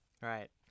Right